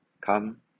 Come